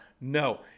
No